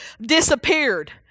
disappeared